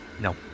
No